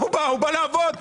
הוא בא לעבוד.